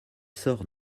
sort